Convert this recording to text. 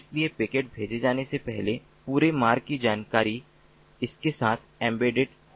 इसलिए पैकेट भेजे जाने से पहले पूरे मार्ग की जानकारी इसके साथ एम्बेडेड होती है